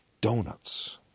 donuts